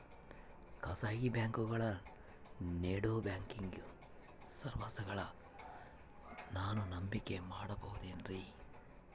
ಖಾಸಗಿ ಬ್ಯಾಂಕುಗಳು ನೇಡೋ ಬ್ಯಾಂಕಿಗ್ ಸರ್ವೇಸಗಳನ್ನು ನಾನು ನಂಬಿಕೆ ಮಾಡಬಹುದೇನ್ರಿ?